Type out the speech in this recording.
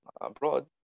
abroad